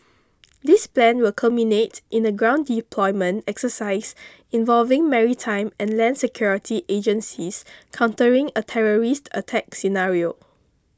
this plan will culminate in a ground deployment exercise involving maritime and land security agencies countering a terrorist attack scenario